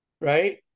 right